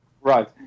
Right